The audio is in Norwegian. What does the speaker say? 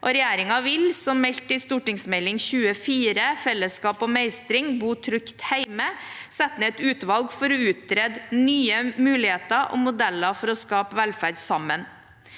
Regjeringen vil, som meldt i Meld. St. 24 for 2022–2023, Fellesskap og meistring – Bu trygt heime, sette ned et utvalg for å utrede nye muligheter og modeller for å skape velferd sammen.